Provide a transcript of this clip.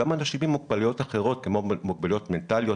גם אנשים עם מוגבלויות אחרות כמו מוגבלויות מנטליות